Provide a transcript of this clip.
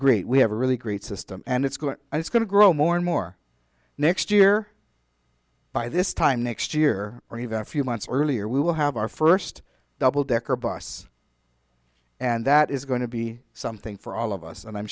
great we have a really great system and it's going and it's going to grow more and more next year by this time next year or even a few months earlier we will have our first double decker bus and that is going to be something for all of us and i'm